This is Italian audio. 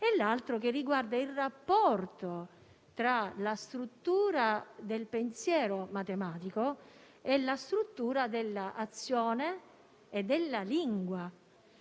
il terzo che concerne il rapporto tra la struttura del pensiero matematico e la struttura dell'azione e della lingua.